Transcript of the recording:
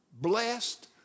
blessed